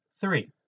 Three